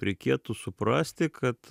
reikėtų suprasti kad